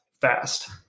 fast